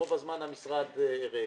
רוב הזמן המשרד ריק,